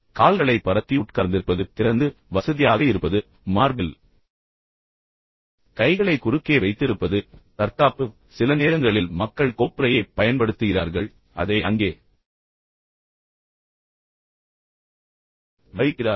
கால்களைத் பரத்தி உட்கார்ந்திருப்பது திறந்து வசதியாக இருப்பது மார்பில் கைகளை குறுக்கே வைத்திருப்பது தற்காப்பு சில நேரங்களில் மக்கள் கோப்புறையைப் பயன்படுத்துகிறார்கள் பின்னர் அதை அங்கே வைக்கிறார்கள்